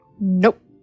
Nope